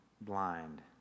blind